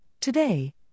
Today